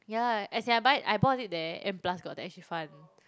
ya as in I buy I bought it there and plus got tax refund